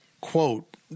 quote